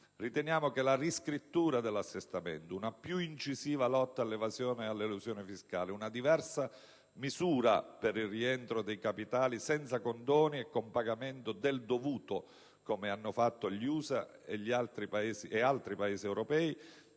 Riteniamo che la riscrittura dell'assestamento, una più incisiva lotta all'evasione e all'elusione fiscale, una diversa misura per il rientro dei capitali senza condoni e con pagamento del dovuto, come hanno fatto gli USA e altri Paesi europei,